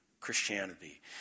Christianity